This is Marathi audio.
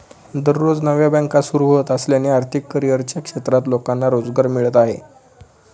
दररोज नव्या बँका सुरू होत असल्याने आर्थिक करिअरच्या क्षेत्रात लोकांना रोजगार मिळत आहे